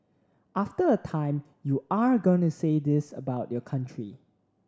after a time you are going to say this about your country